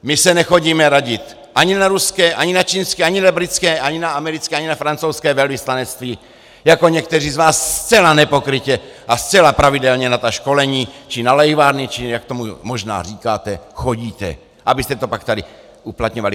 My se nechodíme radit ani na ruské, ani na čínské, ani na britské, ani na americké, ani na francouzské velvyslanectví, jako někteří z vás zcela nepokrytě a zcela pravidelně na ta školení či nalejvárny, či jak tomu možná říkáte, chodíte, abyste to pak tady uplatňovali.